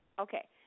Okay